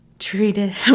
treated